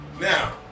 now